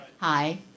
Hi